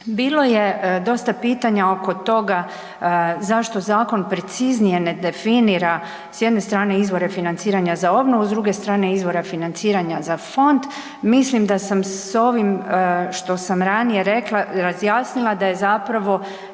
Bilo je dosta pitanja oko toga zašto zakon preciznije ne definira s jedne strane izvore financiranja za obnovu s druge strane izvore financiranja za fond, mislim da sam s ovim što sam ranije rekla razjasnila da je zapravo